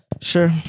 Sure